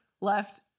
left